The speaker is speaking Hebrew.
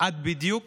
את בדיוק